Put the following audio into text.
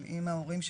אבל אם ההורים שלו,